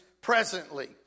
presently